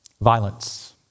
Violence